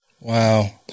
Wow